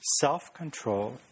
self-control